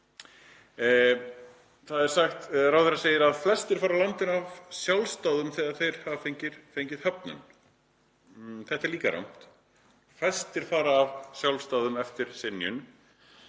að vera. Ráðherra segir að flestir fari úr landi af sjálfsdáðum þegar þeir hafa fengið höfnun. Þetta er líka rangt. Fæstir fara af sjálfsdáðum eftir synjun